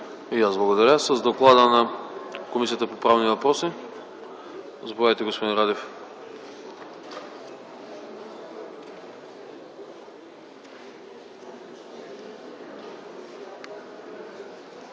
И аз благодаря. С доклада на Комисията по правни въпроси ще ни запознае господин Радев.